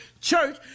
church